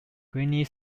greene